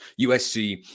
USC